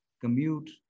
commute